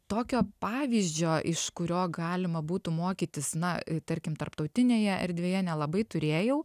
tokio pavyzdžio iš kurio galima būtų mokytis na tarkim tarptautinėje erdvėje nelabai turėjau